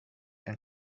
and